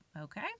Okay